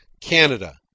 Canada